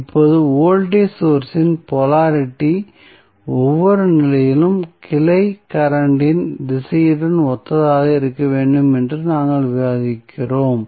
இப்போது voltage source இன் polarity ஒவ்வொரு நிலையிலும் கிளை கரண்ட் இன் திசையுடன் ஒத்ததாக இருக்க வேண்டும் என்று நாங்கள் விவாதிக்கிறோம்